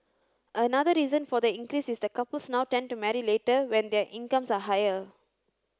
another reason for the increase is that couples now tend to marry later when their incomes are higher